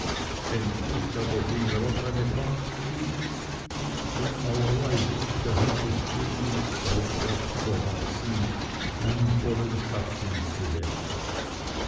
endlich aber ging er auf eine bank zu die von allerlei dicht dahinter stehendem strauchwerk überwachsen einen vollen schatten gewährte